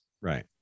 right